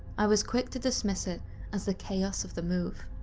i was quick to dismiss it as the chaos of the move.